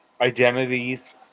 identities